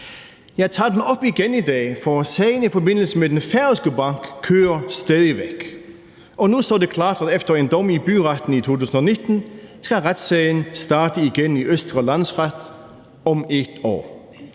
Jeg tager den op igen i dag, for sagen i forbindelse med den færøske bank kører stadig væk, og nu står det klart, at efter en dom i byretten i 2019 skal retssagen starte igen i Østre Landsret om et år.